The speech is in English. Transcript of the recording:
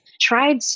tried